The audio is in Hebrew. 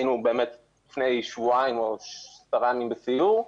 לפני כשבועיים או עשרה ימים היינו בסיור.